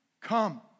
Come